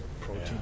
protein